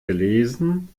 gelesen